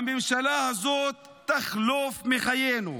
הממשלה הזאת תחלוף מחיינו,